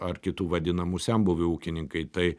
ar kitų vadinamų senbuvių ūkininkai tai